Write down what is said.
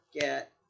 get